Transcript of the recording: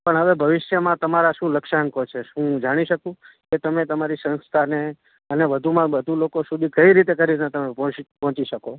પણ હવે ભવિષ્યમાં તમારાં શું લક્ષ્યાંકો છે શું હું જાણી શકું કે તમે તમારી સંસ્થાને અને વધુમાં વધુ લોકો સુધી કઈ રીતે કરીને તમે પોંશી પહોંચી શકો